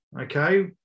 Okay